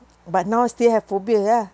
but now I still have phobia ah